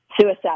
Suicide